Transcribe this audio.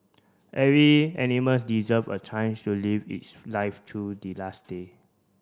every animal deserve a chance to live its life till the last day